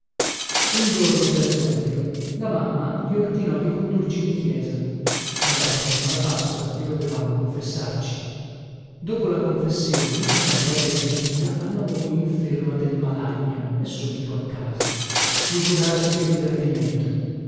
un giorno per esempio la mamma gli ordinò di condurci in chiesa era prossima la pasqua e dovevamo confessarci dopo la confessione una breve visitina alla moglie inferma del malagna e subito a casa figurarsi che divertimento